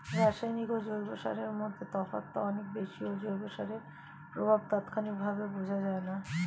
রাসায়নিক ও জৈব সারের মধ্যে তফাৎটা অনেক বেশি ও জৈব সারের প্রভাব তাৎক্ষণিকভাবে বোঝা যায়না